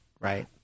right